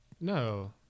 No